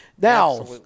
now